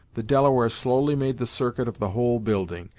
the delaware slowly made the circuit of the whole building,